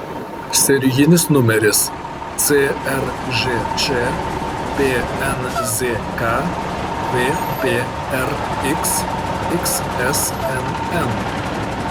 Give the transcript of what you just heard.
serijinis numeris cržč pnzk vprx xsnn